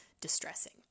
distressing